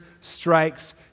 strikes